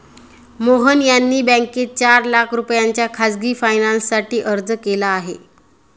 मोहन यांनी बँकेत चार लाख रुपयांच्या खासगी फायनान्ससाठी अर्ज केला आहे